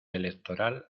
electoral